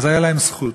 אז הייתה להם זכות.